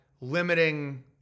limiting